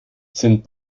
sind